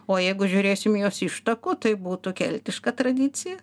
o jeigu žiūrėsim į jos ištakų tai būtų keltiška tradicija